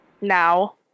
now